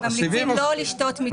ממליצים לא לשתות מיצים.